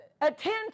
attend